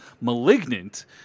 Malignant